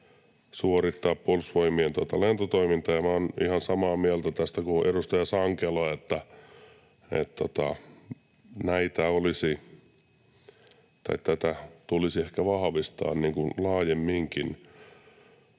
suorittaa Puolustusvoimien lentotoimintaa. Minä olen ihan samaa mieltä kuin edustaja Sankelo, että tätä tulisi ehkä vahvistaa laajemminkin.